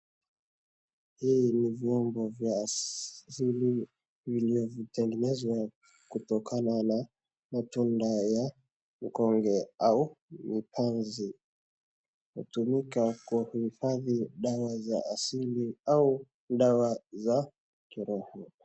Hii ni vyombo vya asili viliotegenezwa kutokana na matunda ya gonge au mipanzi. Hutumika kwa kuifadhi dawa za asili au dawa za kiroho.